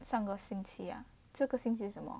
上个星期啊这个星期什么